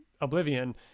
Oblivion